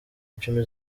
icumi